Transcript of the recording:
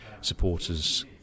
supporters